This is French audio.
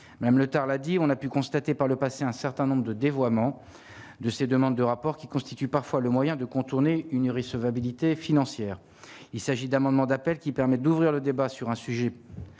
même le tard l'a dit, on a pu constater par le passé un certain nombre de dévoiement de ces demandes de rapport qui constitue parfois le moyen de contourner une irrecevabilité financière, il s'agit d'un amendement d'appel qui permet d'ouvrir le débat sur un sujet